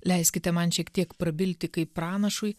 leiskite man šiek tiek prabilti kaip pranašui